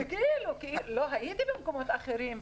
לא הייתי במקומות אחרים.